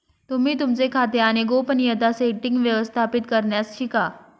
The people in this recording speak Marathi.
तुम्ही तुमचे खाते आणि गोपनीयता सेटीन्ग्स व्यवस्थापित करण्यास शिका